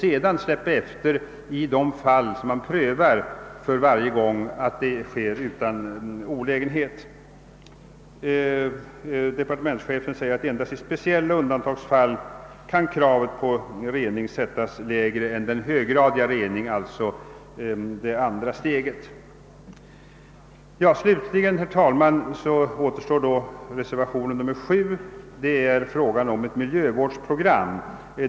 Sedan kan man släppa efter i de fall där detta prövas kunna ske utan olägenhet. Departementschefen säger att endast i speciella undantagsfall kan kravet på rening sättas lägre än den höggradiga rening som den biologiska reningen, alltså andra steget, innebär. Reservationen VII gäller ett miljövårdsprogram.